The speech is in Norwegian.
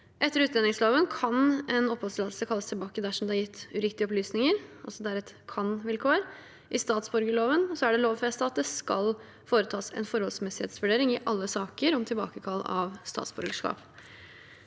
Etter utlendingsloven kan en oppholdstillatelse kalles tilbake dersom det er gitt uriktige opplysninger – det er et kan-vilkår. I statsborgerloven er det lovfestet at det skal foretas en forholdsmessighetsvurdering i alle saker om tilbakekall av statsborgerskap.